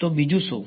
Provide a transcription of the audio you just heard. તો બીજું શું